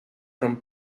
from